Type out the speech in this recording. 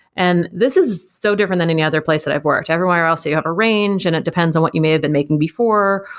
and this is so different than any other place that i've worked. everywhere else you have a range and it depends on what you may have been making before,